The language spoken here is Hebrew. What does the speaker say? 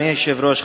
אדוני היושב-ראש,